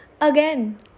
again